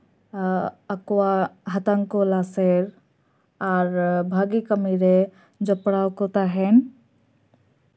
ᱮᱸᱜ ᱟᱠᱚᱣᱟᱜ ᱦᱟᱛᱟᱝ ᱠᱚ ᱞᱟᱥᱮᱨ ᱟᱨ ᱵᱷᱟᱹᱜᱤ ᱠᱟᱹᱢᱤ ᱨᱮ ᱡᱚᱯᱚᱲᱟᱣ ᱠᱚ ᱛᱟᱦᱮᱱ